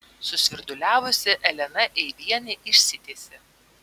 susvirduliavusi elena eivienė išsitiesė